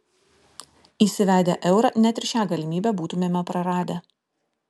įsivedę eurą net ir šią galimybę būtumėme praradę